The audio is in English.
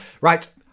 right